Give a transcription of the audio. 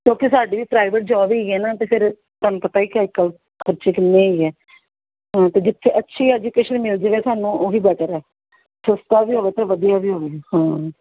ਕਿਉਂਕਿ ਸਾਡੀ ਵੀ ਪ੍ਰਾਈਵੇਟ ਜੋਬ ਹੀ ਹੈ ਨਾ ਅਤੇ ਫਿਰ ਤੁਹਾਨੂੰ ਪਤਾ ਹੀ ਕਿ ਅੱਜ ਕੱਲ੍ਹ ਖਰਚੇ ਕਿੰਨੇ ਹੀ ਹੈਗੇ ਆ ਤਾਂ ਅਤੇ ਜਿੱਥੇ ਅੱਛੀ ਐਜੂਕੇਸ਼ਨ ਮਿਲ ਜਾਵੇ ਤੁਹਾਨੂੰ ਉਹੀ ਬੈਟਰ ਹੈ ਸਸਤਾ ਵੀ ਹੋਵੇ ਅਤੇ ਵਧੀਆ ਵੀ ਹੋਵੇ ਜੀ ਹਾਂ